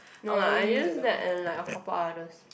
no lah I use that and like a couple others